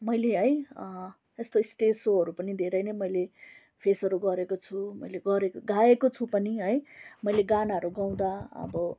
मैले है यस्तो स्टेज सोहरू पनि धेरै नै मैले फेसहरू गरेको छु मैले गरेको गाएको छु पनि है मैले गानाहरू गाउँदा अब